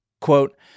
Quote